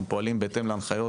הם פועלים בהתאם להנחיות